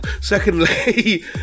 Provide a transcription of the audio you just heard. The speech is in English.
Secondly